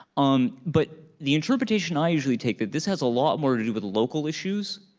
um but the interpretation i usually take that this has a lot more to do with local issues,